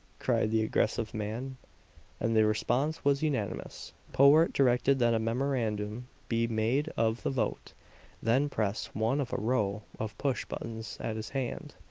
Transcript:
cried the aggressive man and the response was unanimous. powart directed that a memorandum be made of the vote then pressed one of a row of pushbuttons at his hand.